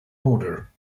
border